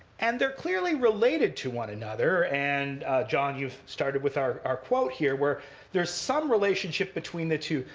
and they're clearly related to one another. and john you've started with our our quote here, where there is some relationship between the two.